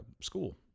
school